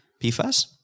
PFAS